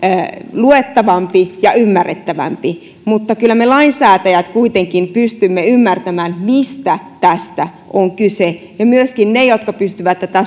luettavampi ja ymmärrettävämpi mutta kyllä me lainsäätäjät kuitenkin pystymme ymmärtämään mistä tässä on kyse ja myöskin ne joiden tarvitsee tätä